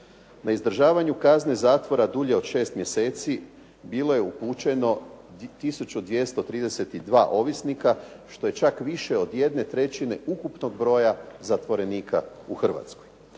Na izdržavanju kazne zatvora dulje od šest mjeseci bilo je upućeno 1232 ovisnika što je čak više od 1/3 ukupnog broja zatvorenika u Hrvatskoj.